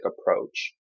approach